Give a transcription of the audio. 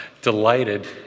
delighted